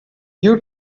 you